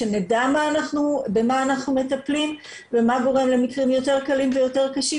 כדי שנדע במה אנחנו מטפלים ומה גורם למקרים יותר קלים ויותר קשים,